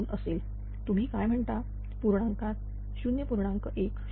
2 असेल तुम्ही काय म्हणता पूर्णांकात 0